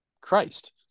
Christ